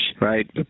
right